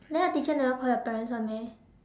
then your teacher never call your parents [one] meh